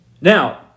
Now